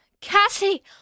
Cassie